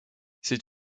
c’est